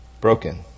broken